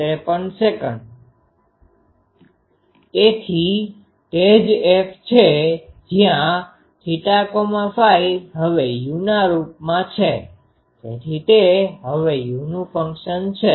તેથી તે જ F છે જ્યાં θΦ હવે uના રૂપમાં છે તેથી તે હવે uનુ ફંક્શન છે